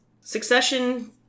succession